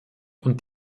und